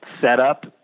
setup